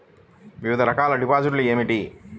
వివిధ రకాల డిపాజిట్లు ఏమిటీ?